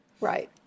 right